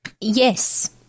Yes